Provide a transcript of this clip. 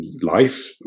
life